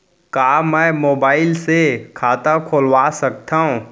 का मैं मोबाइल से खाता खोलवा सकथव?